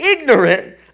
ignorant